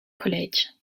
college